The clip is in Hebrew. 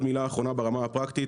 עוד מילה אחרונה ברמה הפרקטית,